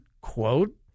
quote